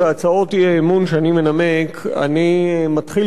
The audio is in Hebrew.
כמנהגי בהצעות האי-אמון שאני מנמק אני מתחיל